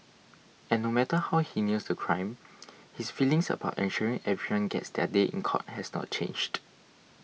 and no matter how heinous the crime his feelings about ensuring everyone gets their day in court has not changed